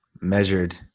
measured